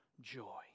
joy